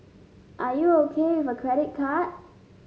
are you O K with a credit card